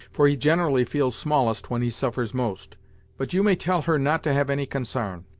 for he generally feels smallest when he suffers most but you may tell her not to have any consarn.